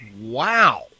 Wow